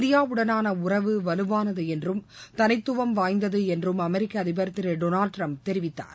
இந்தியாவுடனான உறவு வலுவானது என்றும் தனித்துவம் வாய்ந்தது என்றும் அமெரிக்க அதிபர் திரு டொனால்டு டிரம்ப் தெரிவித்தார்